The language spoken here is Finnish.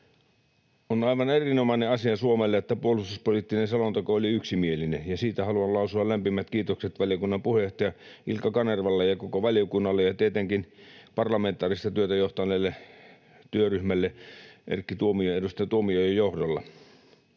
On aivan erinomainen asia Suomelle, että puolustuspoliittinen selonteko oli yksimielinen, ja siitä haluan lausua lämpimät kiitokset valiokunnan puheenjohtaja Ilkka Kanervalle ja koko valiokunnalle ja tietenkin parlamentaarista työtä edustaja Tuomiojan johdolla